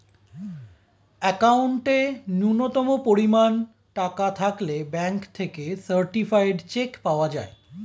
অ্যাকাউন্টে ন্যূনতম পরিমাণ টাকা থাকলে ব্যাঙ্ক থেকে সার্টিফায়েড চেক পাওয়া যায়